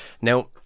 now